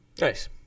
Nice